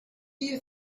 you